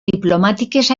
diplomàtiques